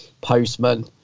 postman